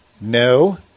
No